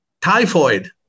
typhoid